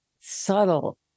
subtle